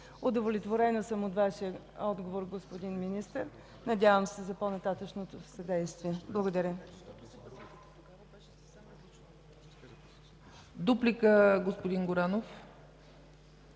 Удовлетворена съм от Вашия отговор, господин Министър. Надявам се за по-нататъшно съдействие. Благодаря.